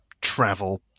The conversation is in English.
travel